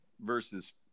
versus